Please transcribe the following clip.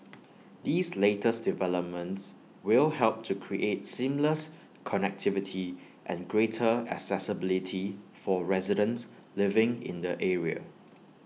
these latest developments will help to create seamless connectivity and greater accessibility for residents living in the area